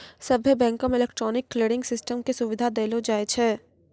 सभ्भे बैंको मे इलेक्ट्रॉनिक क्लियरिंग सिस्टम के सुविधा देलो जाय छै